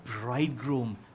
bridegroom